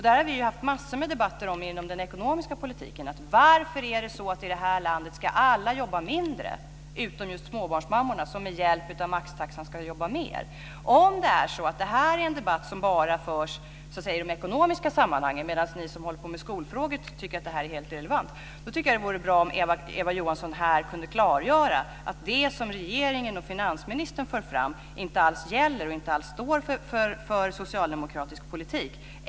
Det har vi haft massor med debatter om inom den ekonomiska politiken. Varför ska alla i det här landet jobba mindre utom just småbarnsmammorna, som med hjälp av maxtaxan ska jobba mer? Om detta är en debatt som bara förs i de ekonomiska sammanhangen medan ni som håller på med skolfrågor tycker att det är helt irrelevant vore det bra om Eva Johansson här kunde klargöra att det som regeringen och finansministern för fram inte alls gäller och inte alls står för socialdemokratisk politik.